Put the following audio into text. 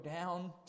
down